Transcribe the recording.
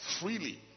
freely